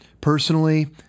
personally